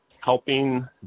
helping